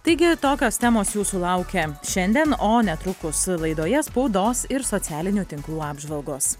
taigi tokios temos jūsų laukia šiandien o netrukus laidoje spaudos ir socialinių tinklų apžvalgos